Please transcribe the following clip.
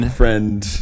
friend